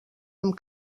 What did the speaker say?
amb